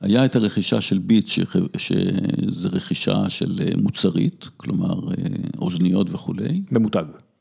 היה את הרכישה של ביץ' שזה רכישה של מוצרית, כלומר אוזניות וכולי. ממותג.